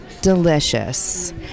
delicious